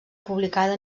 publicada